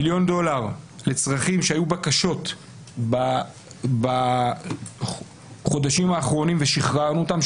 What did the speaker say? מיליון דולר לבקשות בחודשים האחרונים ושחררנו אותם,